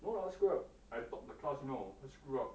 no lah what screw up I top the class you know what screw up